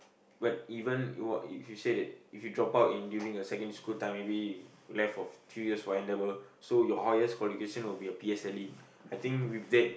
but even if you say that if you drop out in during your secondary school time maybe you left of three years for N-level so your highest qualification would be your P_S_L_E I think with that